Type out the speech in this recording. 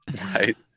Right